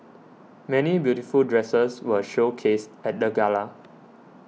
many beautiful dresses were showcased at the gala